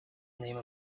name